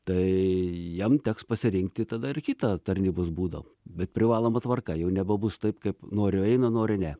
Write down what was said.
tai jam teks pasirinkti tada ir kitą tarnybos būdą bet privaloma tvarka jau nebebus taip kaip nori eina nori ne